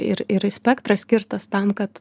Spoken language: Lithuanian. ir ir spektras skirtas tam kad